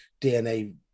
DNA